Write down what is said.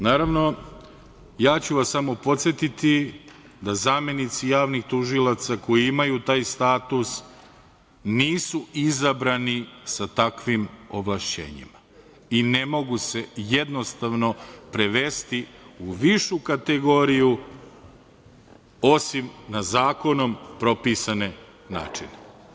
Naravno, ja ću vas samo podsetiti da zamenici javnih tužilaca koji imaju taj status nisu izabrani sa takvim ovlašćenjima i ne mogu se jednostavno prevesti u višu kategoriju, osim na zakonom propisane načine.